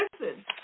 Listen